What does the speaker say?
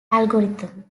algorithm